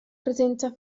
presenza